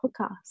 podcast